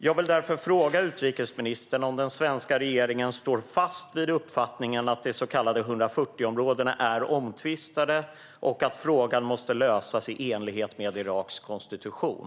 Jag vill därför fråga utrikesministern om den svenska regeringen står fast vid uppfattningen att de så kallade 140-områdena är omtvistade och att frågan måste lösas i enlighet med Iraks konstitution.